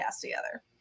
together